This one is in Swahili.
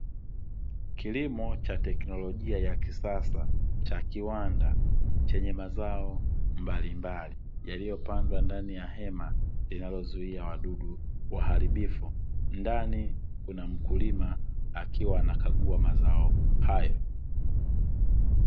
Kilimo cha teknolojia ya kisasa cha kiwanda, chenye mazao mbalimbali yaliyopandwa ndani ya hema linalozuia wadudu waharibifu, ndani kuna mkulima akiwa anakagua mazao hayo.